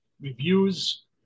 reviews